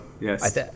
yes